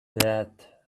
dead